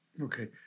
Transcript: Okay